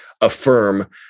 affirm